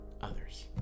others